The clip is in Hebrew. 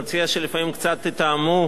את הנאומים, כי אי-אפשר לצטט,